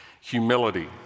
humility